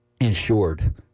insured